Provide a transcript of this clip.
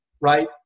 right